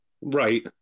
Right